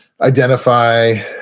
identify